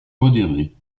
modérés